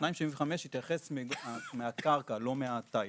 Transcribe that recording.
ה-2.75 מתייחס מהקרקע ולא מהתיל.